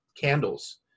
candles